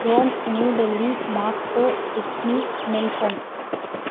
Rome New Delhi Moscow Sydney Melbourne